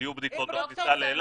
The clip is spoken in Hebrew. אז יהיו בדיקות בכניסה לאילת?